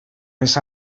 les